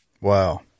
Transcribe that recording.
Wow